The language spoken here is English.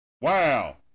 Wow